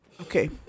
okay